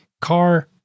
car